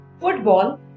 Football